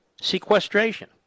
sequestration